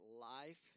life